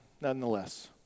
nonetheless